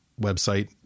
website